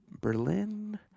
Berlin